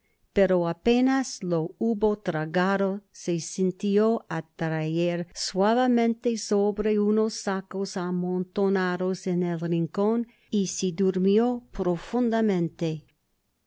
pero á penas lo hubo tragado se sintió atraer suavemente sobre unos sacos amontonados en un rincon y se durmió profundamente